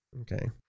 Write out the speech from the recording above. Okay